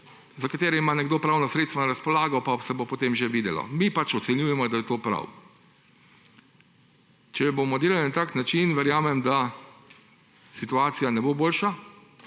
za katerega ima nekdo pravna sredstva na razpolago, pa se bo potem že videlo, mi pač ocenjujemo, da je to prav. Če bomo delali na tak način, verjamem, da situacija ne bo boljša,